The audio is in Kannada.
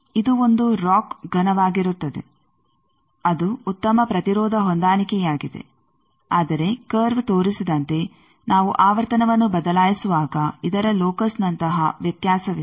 ಇದು ಒಂದು ರಾಕ್ ಘನವಾಗಿರುತ್ತದೆ ಅದು ಉತ್ತಮ ಪ್ರತಿರೋಧ ಹೊಂದಾಣಿಕೆಯಾಗಿದೆ ಆದರೆ ಕರ್ವ್ ತೋರಿಸಿದಂತೆ ನಾವು ಆವರ್ತನವನ್ನು ಬದಲಾಯಿಸುವಾಗ ಇದರ ಲೋಕಸ್ನಂತಹ ವ್ಯತ್ಯಾಸವಿದೆ